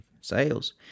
sales